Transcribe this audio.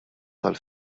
tal